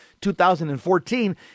2014